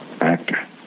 actor